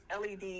LED